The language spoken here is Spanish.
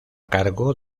cargo